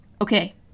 Okay